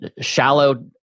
shallow